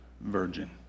virgin